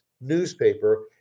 newspaper